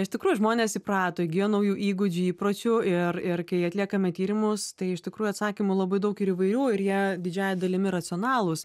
iš tikrųjų žmonės įprato įgijo naujų įgūdžių įpročių ir ir kai atliekame tyrimus tai iš tikrųjų atsakymų labai daug ir įvairių ir jie didžiąja dalimi racionalūs